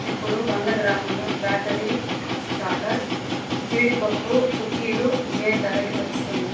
ఇప్పుడు వంద గ్రాములు బ్యాటరీ చాటర్ జీడిపప్పు కుక్కీలు ఏ ధరకి వస్తుంది